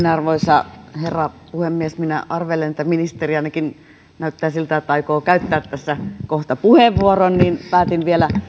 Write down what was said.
arvoisa herra puhemies minä arvelen että ministeri ainakin näyttää siltä että aikoo käyttää tässä kohta puheenvuoron joten päätin vielä